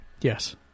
yes